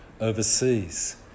overseas